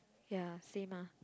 ya same ah